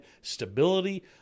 stability